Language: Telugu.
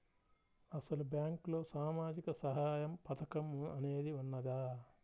అసలు బ్యాంక్లో సామాజిక సహాయం పథకం అనేది వున్నదా?